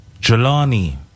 Jelani